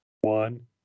one